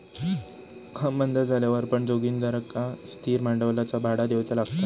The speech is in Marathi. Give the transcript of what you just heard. काम बंद झाल्यावर पण जोगिंदरका स्थिर भांडवलाचा भाडा देऊचा लागला